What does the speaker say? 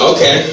Okay